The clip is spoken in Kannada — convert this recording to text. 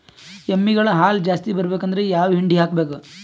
ಎಮ್ಮಿ ಗಳ ಹಾಲು ಜಾಸ್ತಿ ಬರಬೇಕಂದ್ರ ಯಾವ ಹಿಂಡಿ ಹಾಕಬೇಕು?